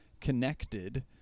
connected